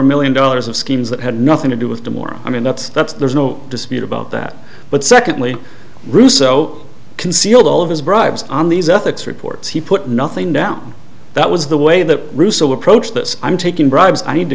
a million dollars of schemes that had nothing to do with them or i mean that's that's there's no dispute about that but secondly russo concealed all of his bribes on these ethics reports he put nothing down that was the way the russo approach that i'm taking bribes i need to